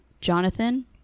Jonathan